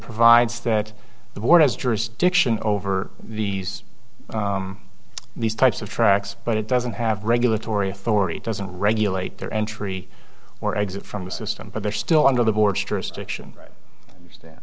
provides that the board has jurisdiction over these these types of tracks but it doesn't have regulatory authority doesn't regulate their entry or exit from the system but they're still under the board strict stiction